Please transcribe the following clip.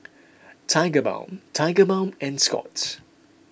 Tigerbalm Tigerbalm and Scott's